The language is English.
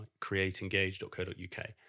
createengage.co.uk